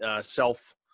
self